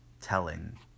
telling